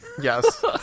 Yes